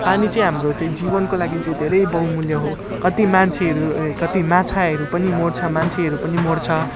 पानी चाहिँ हाम्रो चाहिँ जीवनको लागि चाहिँ धेरै बहुमूल्य हो कत्ति मान्छेहरू ए कत्ति माछाहरू पनि मर्छ मान्छेहरू पनि मर्छ